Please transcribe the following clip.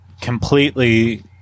completely